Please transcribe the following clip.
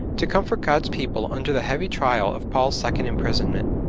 to comfort god's people under the heavy trial of paul's second imprisonment.